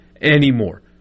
anymore